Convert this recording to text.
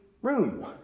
Room